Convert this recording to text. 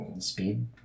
Speed